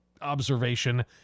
observation